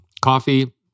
coffee